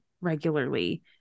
regularly